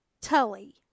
tully